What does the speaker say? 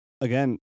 Again